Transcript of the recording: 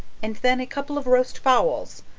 and then a couple of roast fowls.